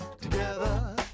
Together